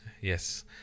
Yes